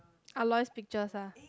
Aloy's pictures ah